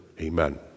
Amen